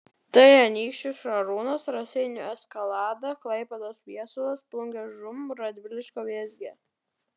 tai anykščių šarūnas raseinių eskalada klaipėdos viesulas plungės žūm radviliškio vėzgė